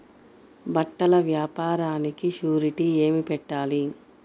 బట్టల వ్యాపారానికి షూరిటీ ఏమి పెట్టాలి?